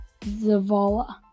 Zavala